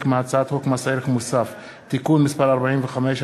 מהצעת חוק מס ערך מוסף (תיקון מס' 45),